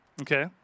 Okay